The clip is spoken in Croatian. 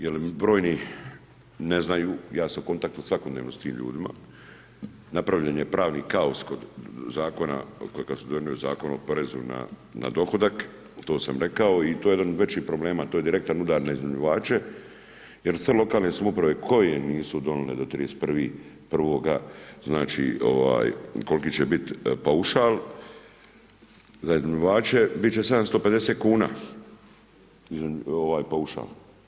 Jer brojni ne znaju, ja sam u kontaktu svakodnevno s time ljudima, napravljen je pravni kaos kod zakona kakav su donijeli Zakon o porezu na dohodak, to sam rekao i to je jedan od većih problema, to je direktan udar na iznajmljivače jer sve lokalne samouprave koje nisu donijele do 31.1. znači koliki će biti paušal za iznajmljivače biti će 750 kuna paušal.